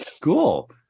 Cool